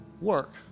work